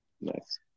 Nice